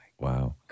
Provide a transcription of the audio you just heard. Wow